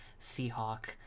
Seahawk